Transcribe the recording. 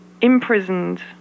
imprisoned